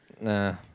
Nah